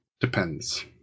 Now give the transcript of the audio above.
depends